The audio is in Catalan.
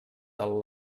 del